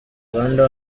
rwanda